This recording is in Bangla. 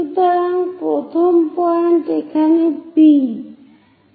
সুতরাং প্রথম পয়েন্ট এখানে P